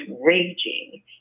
raging